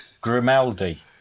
Grimaldi